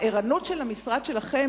הערנות של המשרד שלכם,